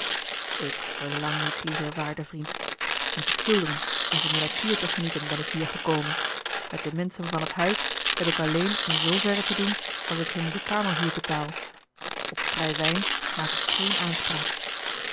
ik verlang niets liever waarde vriend om te schilderen en van de natuur te genieten ben ik hier gekomen met de menschen van het huis heb ik alleen in marcellus emants een drietal novellen zooverre te doen als ik hun de kamerhuur betaal op vrij wijn maak ik geen aanspraak